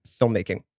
filmmaking